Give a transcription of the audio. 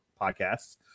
podcasts